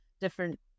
different